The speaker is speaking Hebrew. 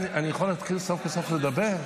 אני יכול להתחיל סוף-כל-סוף לדבר?